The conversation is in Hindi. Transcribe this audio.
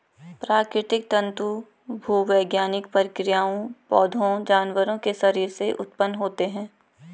प्राकृतिक तंतु भूवैज्ञानिक प्रक्रियाओं, पौधों, जानवरों के शरीर से उत्पन्न होते हैं